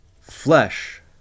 Flesh